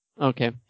Okay